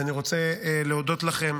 ואני רוצה להודות לכם